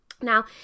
Now